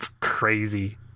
crazy